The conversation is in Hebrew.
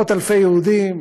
מאות-אלפי יהודים,